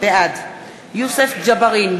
בעד יוסף ג'בארין,